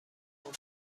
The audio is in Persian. همان